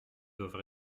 doivent